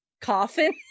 coffin